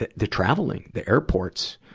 the the traveling, the airports,